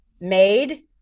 made